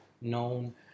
known